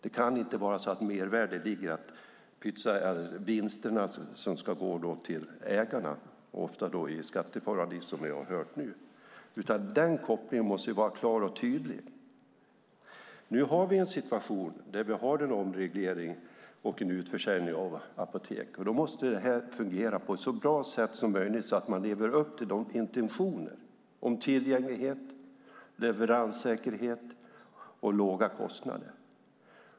Det kan inte vara så att mervärdet ligger i att pytsa ut vinster som ska gå till ägarna, ofta i skatteparadis, som vi nu har hört. Den här kopplingen måste vara klar och tydlig. Nu har vi en situation där vi har en omreglering och en utförsäljning av apotek. Då måste det här fungera på ett så bra sätt som möjligt, så att man lever upp till intentionerna om tillgänglighet, leveranssäkerhet och låga kostnader.